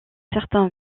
certain